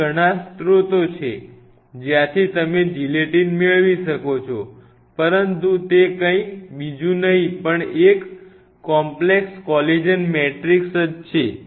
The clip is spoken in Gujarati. તે ઘણા સ્ત્રોતો છે જ્યાંથી તમે જિલેટીન મેળવી શકો છો પરંતુ તે કંઈ બીજું નહી પણ એક કોમ્પલેક્સ કોલેજન મેટ્રિક્સ છે